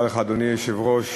אדוני היושב-ראש,